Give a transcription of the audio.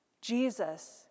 Jesus